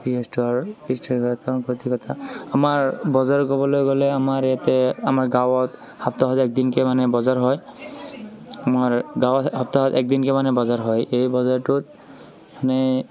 আমাৰ বজাৰ ক'বলে গ'লে আমাৰ ইয়াতে আমাৰ গাঁৱত সাপ্তাহত একদিনকে মানে বজাৰ হয় আমাৰ গাঁৱত সপ্তাহত একদিনকে মানে বজাৰ হয় এই বজাৰটোত মানে